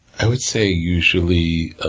i would say usually ah